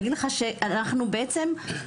אני רוצה להגיד לך שאנחנו בעצם מאפשרים